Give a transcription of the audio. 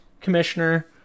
commissioner